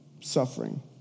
suffering